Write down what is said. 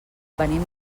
venim